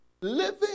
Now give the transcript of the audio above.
living